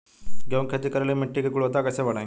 गेहूं के खेती करेला मिट्टी के गुणवत्ता कैसे बढ़ाई?